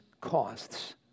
costs